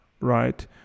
right